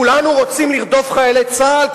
כולנו רוצים לרדוף חיילי צה"ל,